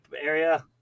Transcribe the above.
area